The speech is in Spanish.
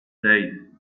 seis